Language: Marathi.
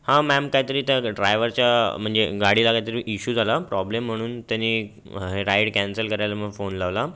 हां मॅम काहीतरी त्या ड्रायवरच्या म्हणजे गाडीला काहीतरी इशू झाला प्रॉब्लेम म्हणून त्यांनी राईड कॅन्सल करायला म्हणून फोन लावला